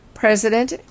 President